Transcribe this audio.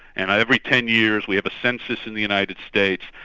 and every ten years we have a census in the united states,